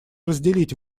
разделить